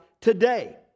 today